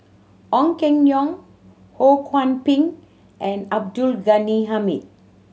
Ong Keng Yong Ho Kwon Ping and Abdul Ghani Hamid